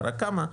השאלה רק כמה,